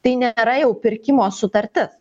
tai nėra jau pirkimo sutartis